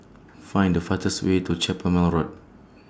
Find The fastest Way to Carpmael Road